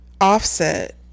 offset